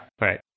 right